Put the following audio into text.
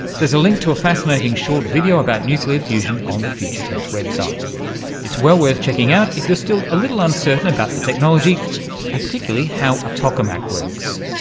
there's a link to a fascinating short video about nuclear fusion on the future tense website, and it's well worth checking out if you're still a little uncertain about the technology and particularly how a tokamak works.